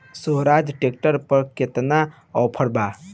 सोहराज tractor पर केतना offer बा?